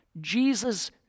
Jesus